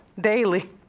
Daily